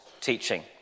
teaching